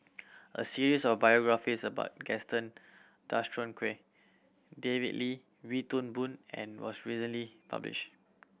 a series of biographies about Gaston Dutronquoy David Lee Wee Toon Boon was recently published